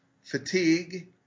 fatigue